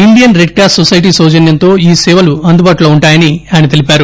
Indian Red Cross Society సౌజన్యంతో ఈ సేవలు అందుబాటులో ఉంటాయని ఆయన తెలిపారు